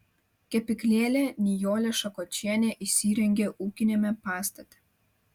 kepyklėlę nijolė šakočienė įsirengė ūkiniame pastate